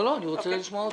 לא, אני רוצה לשמוע אותך.